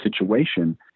situation